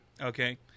Okay